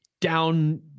down